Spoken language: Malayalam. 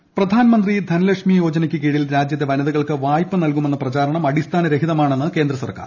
ഫാക്ട് ചെക്ക് പ്രധാൻമന്ത്രി ധൻലക്ഷ്മി യോജനയ്ക്ക് കീഴിൽ രാജ്യത്തെ വനിതകൾക്ക് വായ്പ നൽകുമെന്ന പ്രചാരണം അടിസ്ഥാനരഹിതമാണെന്ന് കേന്ദ്ര സർക്കാർ